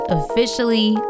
officially